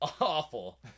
awful